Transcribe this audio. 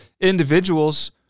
individuals